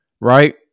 right